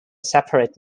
separate